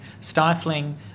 stifling